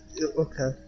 okay